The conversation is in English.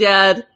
Dad